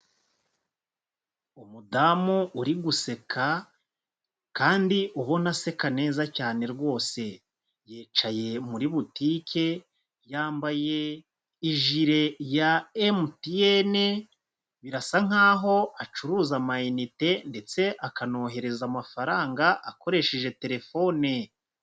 Umudamu uri guseka kandi ubona aseka neza cyane rwose. Yicyaye muri butike, yambaye ijire ya MTN, birasa nk'aho acuruza amayinite ndetse akanohereza amafaranga akoresheje terefone.